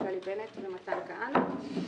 נפתלי בנט ומתן כהנא.